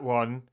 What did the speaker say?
one